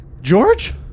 George